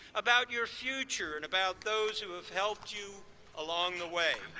about your future, and about those who have helped you along the way.